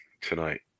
tonight